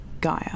Gaia